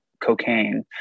cocaine